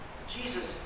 Jesus